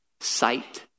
Sight